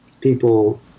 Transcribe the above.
people